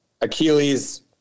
Achilles